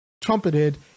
trumpeted